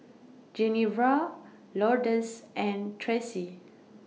Genevra Lourdes and Traci